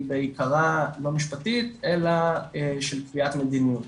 בעיקרה לא משפטית אלא של קביעת מדיניות,